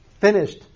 finished